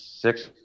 six